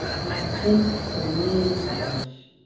yeah i think for me gosh.